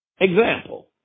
Example